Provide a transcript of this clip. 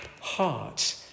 heart